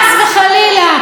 חס וחלילה,